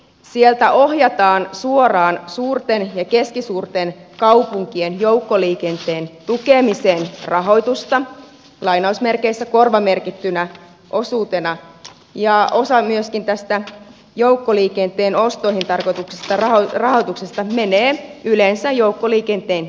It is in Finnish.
sieltä ohjataan suoraan suurten ja keskisuurten kaupunkien joukkoliikenteen tukemiseen rahoitusta korvamerkittynä osuutena ja osa myöskin tästä joukkoliikenteen ostoihin tarkoitetusta rahoituksesta menee yleensä joukkoliikenteen kehittämiseen